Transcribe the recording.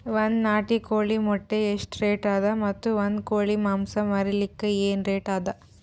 ಒಂದ್ ನಾಟಿ ಕೋಳಿ ಮೊಟ್ಟೆ ಎಷ್ಟ ರೇಟ್ ಅದ ಮತ್ತು ಒಂದ್ ಕೋಳಿ ಮಾಂಸ ಮಾರಲಿಕ ಏನ ರೇಟ್ ಅದ?